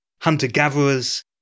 hunter-gatherers